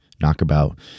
Knockabout